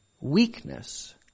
Weakness